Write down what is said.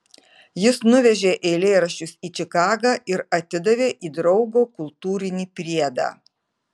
jis nuvežė eilėraščius į čikagą ir atidavė į draugo kultūrinį priedą